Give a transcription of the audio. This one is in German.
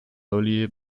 dolly